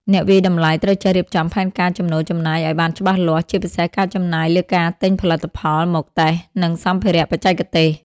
អ្នកវាយតម្លៃត្រូវចេះរៀបចំផែនការចំណូលចំណាយឱ្យបានច្បាស់លាស់ ជាពិសេសការចំណាយលើការទិញផលិតផលមកតេស្ត និងសម្ភារៈបច្ចេកទេស។